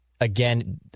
again